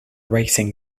racing